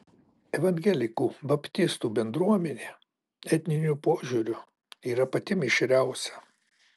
evangelikų baptistų bendruomenė etniniu požiūriu yra pati mišriausia